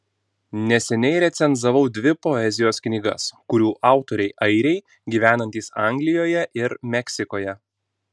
neseniai recenzavau dvi poezijos knygas kurių autoriai airiai gyvenantys anglijoje ir meksikoje